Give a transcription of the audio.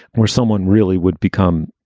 and where someone really would become,